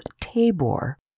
Tabor